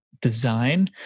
design